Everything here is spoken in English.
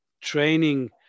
training